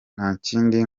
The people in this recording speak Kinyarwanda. ntakindi